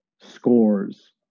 scores